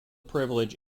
privilege